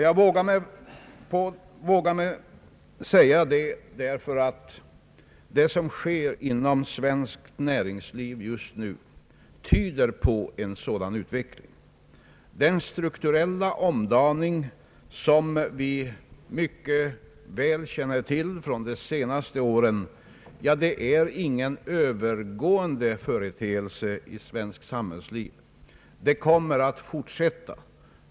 Jag vågar säga detta, emedan det som sker inom svenskt näringsliv just nu tyder på en sådan utveckling. Den strukturella omdaningen som vi mycket väl känner till från de senaste åren är ingen övergående företeelse i svenskt samhällsliv. Den kommer att fortsätta.